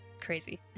crazy